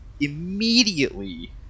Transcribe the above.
immediately